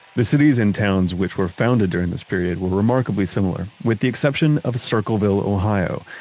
the cities in towns, which were founded during this period were remarkably similar, with the exception of circleville, ohio.